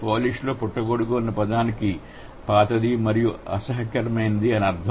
పోలిష్లో పుట్టగొడుగు అన్న పదానికి పాతది మరియు అసహ్యకరమైనది అని అర్ధం